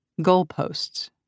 Goalposts